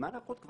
זמן היערכות,